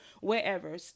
wherever